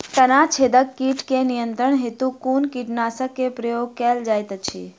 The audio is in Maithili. तना छेदक कीट केँ नियंत्रण हेतु कुन कीटनासक केँ प्रयोग कैल जाइत अछि?